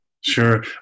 Sure